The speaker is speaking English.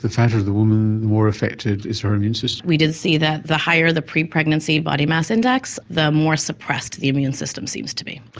the fatter kind of the woman, the more affected is her immune system? we did see that the higher the pre-pregnancy body-mass index, the more suppressed the immune system seems to be.